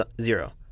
zero